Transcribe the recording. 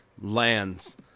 lands